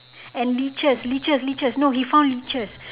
and leeches leeches leeches no he found leeches